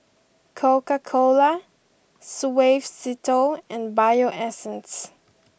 Coca Cola Suavecito and Bio Essence